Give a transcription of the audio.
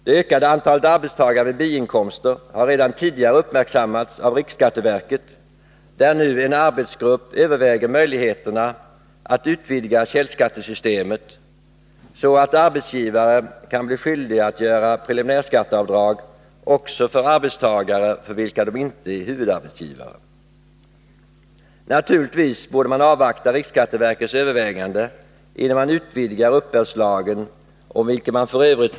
Det ökade antalet arbetstagare med biinkomster har redan tidigare uppmärksammats av riksskatteverket, där nu en arbetsgrupp överväger möjligheterna att utvidga källskattesystemet, så att arbetsgivare kan bli skyldiga att göra preliminärskatteavdrag också för arbetstagare för vilka de inte är huvudarbetsgivare. Naturligtvis borde man avvakta riksskatteverkets övervägande innan man utvidgar uppbördslagen, av vilken man f.ö.